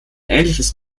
ähnliches